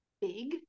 big